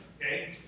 Okay